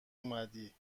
اومدی